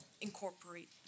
incorporate